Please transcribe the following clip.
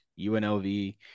UNLV